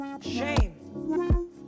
Shame